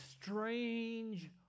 strange